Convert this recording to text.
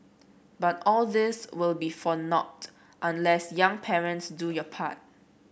but all this will be for nought unless young parents do your part